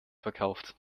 verkauft